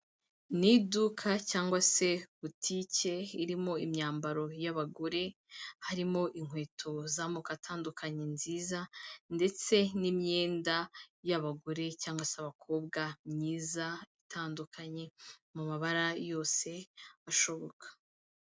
Ni iduka cyangwa se butike irimo imyambaro y'abagore, harimo inkweto z'amoko atandukanye nziza ndetse n'imyenda y'abagore cyangwa se abakobwa myiza itandukanye, mu mabara yose ashoboka.